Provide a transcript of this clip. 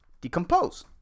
decompose